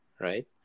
right